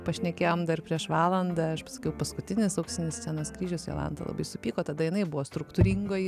pašnekėjom dar prieš valandą aš pasakiau paskutinis auksinis scenos kryžius jolanta labai supyko tada jinai buvo struktūringoji